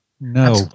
No